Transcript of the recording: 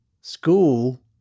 School